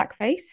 blackface